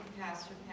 pastor